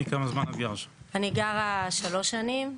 אני גרה בבניין שלוש שנים,